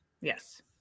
Yes